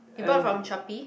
you bought it from Shopee